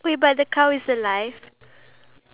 ya montigo